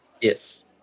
Yes